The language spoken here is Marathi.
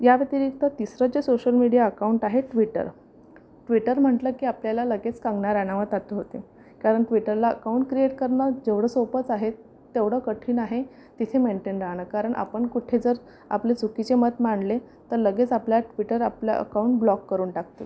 याव्यतिरिक्त तिसरं जे सोशल मीडिया अकाऊंट आहे ट्विटर ट्विटर म्हटलं की आपल्याला लगेच कंगना राणावत आठवते कारण ट्विटरला अकाऊंट क्रिएट करणंं जेवढं सोपंच आहे तेवढं कठीण आहे तिथे मेंटेन राहणं कारण आपण कुठे जर आपले चुकीचे मत मांडले तर लगेच आपल्या ट्विटर आपलं अकाऊंट ब्लॉक करून टाकते